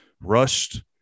rushed